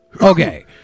Okay